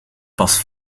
pas